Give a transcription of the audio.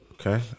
Okay